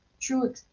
true